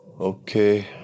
Okay